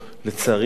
לצערי הרב,